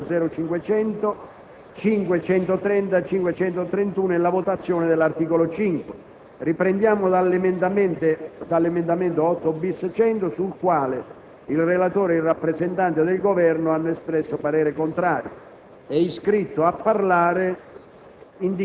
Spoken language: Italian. e che sono stati accantonati gli emendamenti 4.0.500, 5.130, 5.31 e la votazione dell'articolo 5. Riprendiamo dalla votazione dell'emendamento 8-*bis*.100, sul quale il relatore ed il rappresentante del Governo hanno espresso parere contrario.